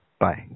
Bye